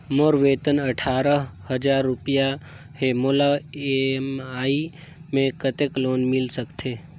मोर वेतन अट्ठारह हजार रुपिया हे मोला ई.एम.आई मे कतेक लोन मिल सकथे?